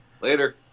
Later